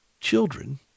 children